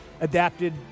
adapted